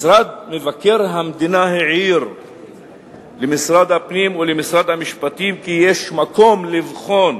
משרד מבקר המדינה העיר למשרד הפנים ולמשרד המשפטים כי יש מקום לבחון